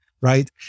right